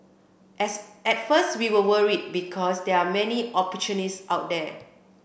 as at first we were worried because there are many opportunists out there